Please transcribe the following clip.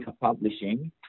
Publishing